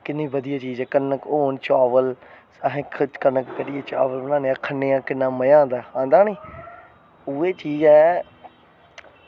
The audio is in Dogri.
किन्नी बधियै चीज़ ऐ कनक होन चावल अस कनक करियै चावल बनान्ने आं किन्ना मज़ा आंदा आंदा निं उऐ चीज़ ऐ